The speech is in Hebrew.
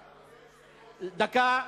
39 בעד,